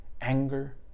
anger